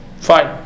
Fine